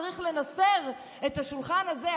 צריך לנסר את השולחן הזה,